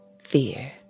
fear